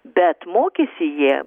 bet mokėsi jie